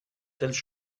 telles